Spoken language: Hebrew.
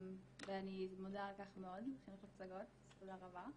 ואני מודה על כך מאוד לחינוך לפסגות, אז תודה רבה.